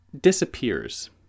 disappears